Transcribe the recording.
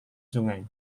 sungai